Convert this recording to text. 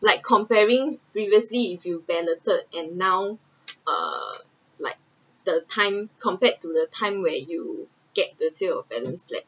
like comparing previously if you balloted and now err like the time compared to the time where you get the sales of balance flat